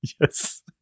Yes